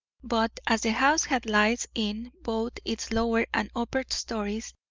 but as the house had lights in both its lower and upper stories,